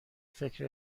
فکر